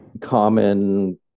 common